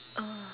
oh